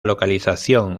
localización